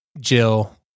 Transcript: Jill